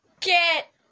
get